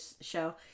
show